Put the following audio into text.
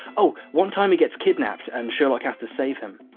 oh, one time. he gets kidnapped and sherlock has to save him.